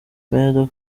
meya